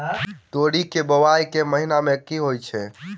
तोरी केँ बोवाई केँ महीना मे होइ छैय?